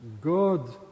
God